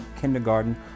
kindergarten